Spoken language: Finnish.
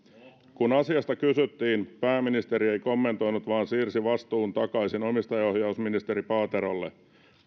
kun asiasta kysyttiin pääministeri ei kommentoinut vaan siirsi vastuun takaisin omistajaohjausministeri paaterolle